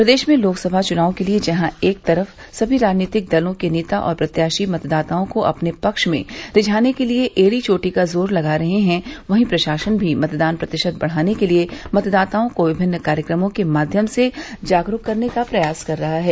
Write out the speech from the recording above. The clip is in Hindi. प्रदेश में लोकसभा चुनाव के लिये जहां एक तरफ सभी राजनीतिक दलों के नेता और प्रत्याशी मतदाताओं को अपने पक्ष में रिझाने के लिये ऐड़ी चोटी का जोर लगा रहे हैं वहीं प्रशासन भी मतदान प्रतिशत बढ़ाने के लिये मतदाताओं को विभिन्न कार्यक्रमों के माध्यम से जागरूक करने का प्रयास कर रहा है